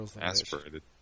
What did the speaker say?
aspirated